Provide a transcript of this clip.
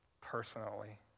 personally